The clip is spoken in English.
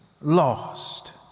lost